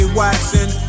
waxing